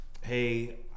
hey